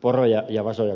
poroja ja vasoja